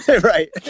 right